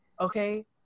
Okay